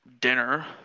dinner